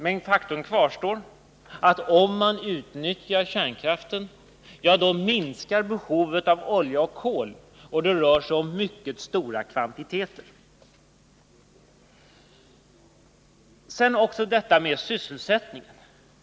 Men faktum kvarstår: Om man utnyttjar kärnkraften minskar behovet av olja och kol, och det rör sig om mycket stora kvantiteter. Sedan till frågan om sysselsättningen.